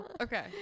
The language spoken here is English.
okay